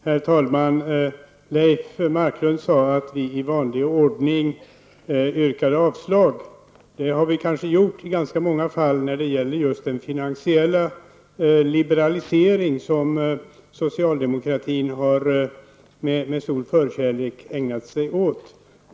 Herr talman! Leif Marklund sade att vi i vanlig ordning yrkat avslag. Det har vi kanske gjort i ganska många fall när det gäller den finansiella liberalisering som socialdemokratin med stor förkärlek har ägnat sig åt.